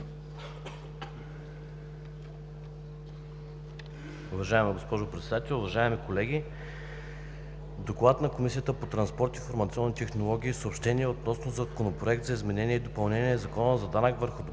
„ДОКЛАД на Комисията по транспорт, информационни технологии и съобщения относно Законопроект за изменение и допълнение на Закона за данъка върху добавената